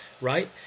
right